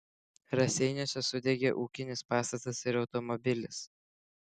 raseiniuose sudegė ūkinis pastatas ir automobilis